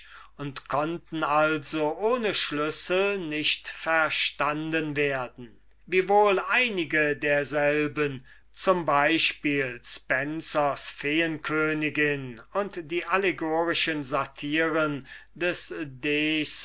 und konnten also ohne schlüssel nicht verstanden werden wiewohl einige derselben z b spencers feenkönigin und die allegorischen satyren des